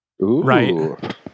Right